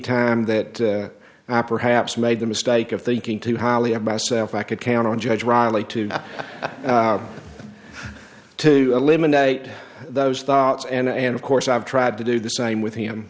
time that i perhaps made the mistake of thinking too highly of myself i could count on judge riley to to eliminate those thoughts and of course i've tried to do the same with him